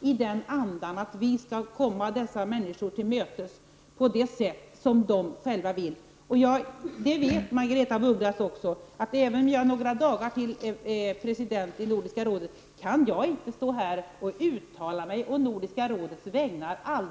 i den andan, att vi skall gå dessa människor till mötes på det sätt som de själva vill. Margaretha af Ugglas vet att även om jag ytterligare några dagar är president i Nordiska rådet, kan jag inte stå här och ensam uttala mig på Nordiska rådets vägnar.